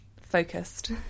focused